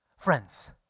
Friends